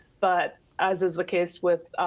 but as is the case with